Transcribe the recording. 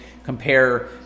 Compare